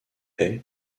est